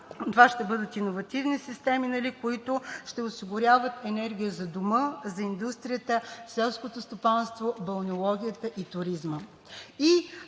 това ще бъдат иновативни системи, които ще осигуряват енергия за дома, индустрията, селското стопанство, балнеологията и туризма.